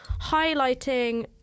highlighting